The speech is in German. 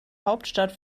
hauptstadt